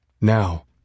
Now